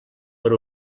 per